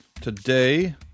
today